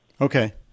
Okay